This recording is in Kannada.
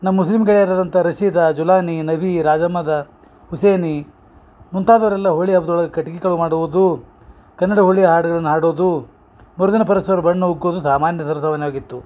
ನಮ್ಮ ಮುಸ್ಲಿಮ್ ಗೆಳೆಯರಾದಂಥ ರಸಿದಾ ಜುಲಾನಿ ನವಿ ರಾಜಮ್ಮದ ಹುಸೇನಿ ಮುಂತಾದವ್ರ ಎಲ್ಲ ಹೋಳಿ ಹಬ್ದೊಳಗ ಕಟ್ಗಿ ಕಳವ ಮಾಡುವುದು ಕನ್ನಡ ಹೋಳಿ ಹಾಡುಗಳನ್ನ ಹಾಡೋದು ಮರುದಿನ ಪರಿಸರ ಬಣ್ಣ ಉಕ್ಕೋದು ಸಾಮಾನ್ಯದರದವ್ನ ಆಗಿತ್ತು